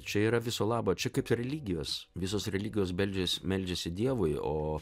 čia yra viso labo čia kaip religijos visos religijos meldžiasi meldžiasi dievui o